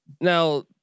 now